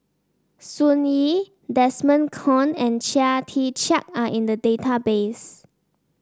Sun Yee Desmond Kon and Chia Tee Chiak are in the database